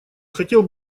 хотел